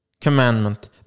commandment